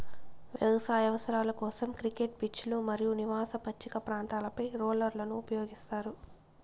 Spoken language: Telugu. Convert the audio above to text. వ్యవసాయ అవసరాల కోసం, క్రికెట్ పిచ్లు మరియు నివాస పచ్చిక ప్రాంతాలపై రోలర్లను ఉపయోగిస్తారు